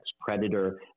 predator